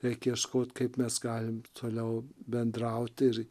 reik ieškot kaip mes galim toliau bendrauti ir